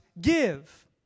give